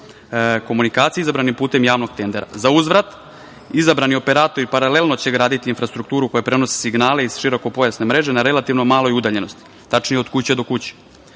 komunikacija izabranih putem javnog tendera. Zauzvrat, izabrani operatori paralelno će graditi infrastrukturu koja prenosi signale iz širokopojasne mreže na relativno maloj udaljenosti, tačnije od kuće do kuće,